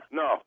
no